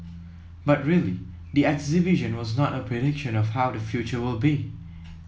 but really the exhibition was not a prediction of how the future will be